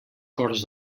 corts